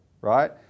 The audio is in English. right